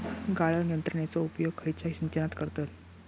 गाळण यंत्रनेचो उपयोग खयच्या सिंचनात करतत?